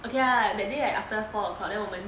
okay ya that day I after four o'clock then 我们